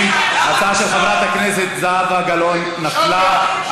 20. ההצעה של חברת הכנסת זהבה גלאון נפלה,